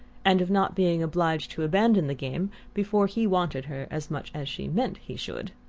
and of not being obliged to abandon the game before he wanted her as much as she meant he should.